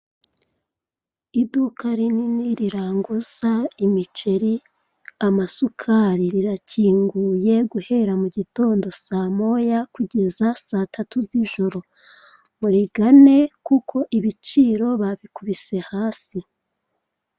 Iduka rinini riranguza imiceri amasukari rirakinguye guhera mugitondo saa moya kugeza saa tatu zijoro, murigane kuko ibiciro babikubise hasi.